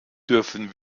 dürfen